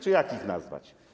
Czy jak ich nazwać?